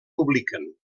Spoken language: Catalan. publiquen